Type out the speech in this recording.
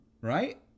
Right